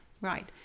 right